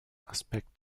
aspekt